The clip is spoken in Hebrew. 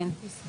כן.